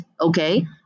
okay